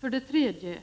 För det tredje: